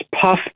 puff